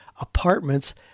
apartments